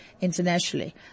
internationally